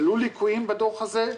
היו ליקויים בדוח הזה.